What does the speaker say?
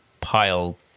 pile